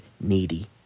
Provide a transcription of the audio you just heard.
needy